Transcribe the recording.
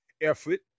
effort